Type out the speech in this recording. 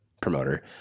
promoter